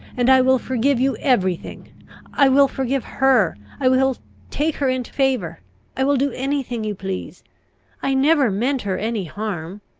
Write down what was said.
and i will forgive you every thing i will forgive her i will take her into favour i will do any thing you please i never meant her any harm!